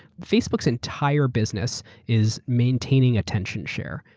facebook's entire business is maintaining attention share.